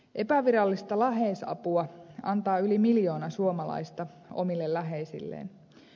epävirallista läheisapua antaa yli miljoona suomalaista omille läheisilleen